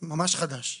ממש חדש,